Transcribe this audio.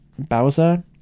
Bowser